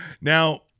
Now